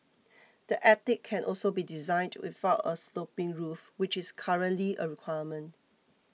the attic can also be designed without a sloping roof which is currently a requirement